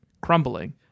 crumbling